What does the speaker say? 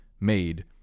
made